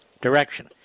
direction